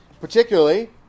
Particularly